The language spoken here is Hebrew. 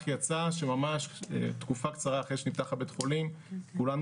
כך שיצא שממש תקופה קצרה אחרי שנפתח בית החולים כולנו